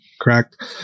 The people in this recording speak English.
correct